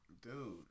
dude